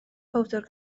powdr